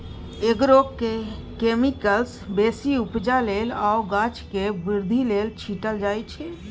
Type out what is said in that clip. agrochemicals बेसी उपजा लेल आ गाछक बृद्धि लेल छीटल जाइ छै